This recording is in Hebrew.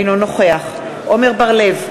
אינו נוכח עמר בר-לב,